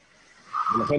ולכן,